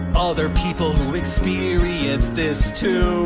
other people who experience this, too.